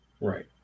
Right